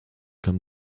come